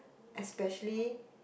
especially